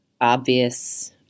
obvious